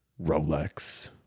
Rolex